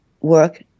work